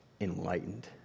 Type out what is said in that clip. enlightened